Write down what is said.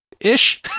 ish